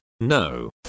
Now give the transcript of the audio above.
no